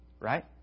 right